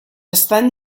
estan